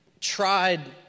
tried